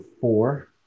four